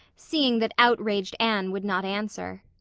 seeing that outraged anne would not answer.